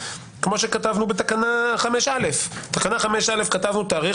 כמו שכתבנו בתקנה 5א. בתקנה 5א כתבנו תאריך,